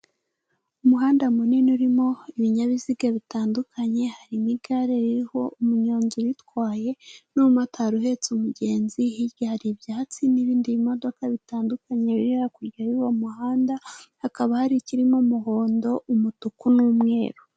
Umuhanda munini urimo ibinyabiziga bitandukanye harimo igare ririho umunyonzi uritwaye, n'umumotari uhetse umugenzi hirya hari ibyatsi n'ibindi bimodoka bitandukanye biri hakurya y'uwo muhanda, hakaba hari ikirimo umuhondo, umutuku, n'umweru.